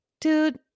Dude